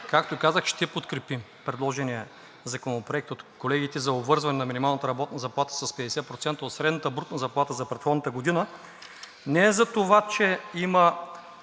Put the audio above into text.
както казах, ще подкрепим предложения законопроект от колегите за обвързване на минималната работна заплата с 50% от средната брутна заплата за предходната година не затова, че има